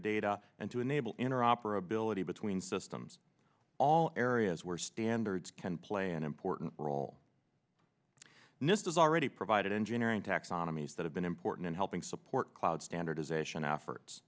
data and to enable inner operability between systems all areas where standards can play an important role and this is already provided engineering taxonomies that have been important in helping support cloud standardization efforts